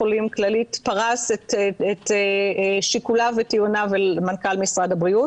כללית פרש את שיקוליו וטיעוניו אל מנכ"ל משרד הבריאות.